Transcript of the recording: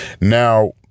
Now